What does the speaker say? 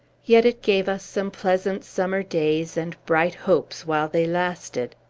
yet it gave us some pleasant summer days, and bright hopes, while they lasted.